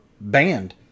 banned